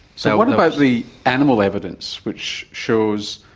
so what about the animal evidence which shows